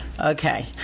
Okay